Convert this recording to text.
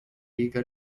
riga